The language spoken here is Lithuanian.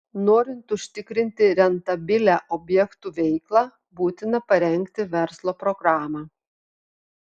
norint užtikrinti rentabilią objektų veiklą būtina parengti verslo programą